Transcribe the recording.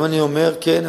אם אני אומר כן,